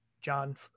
John